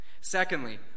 Secondly